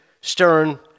stern